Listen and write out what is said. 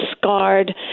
scarred